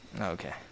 Okay